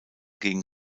gegen